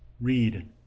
read